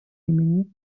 имени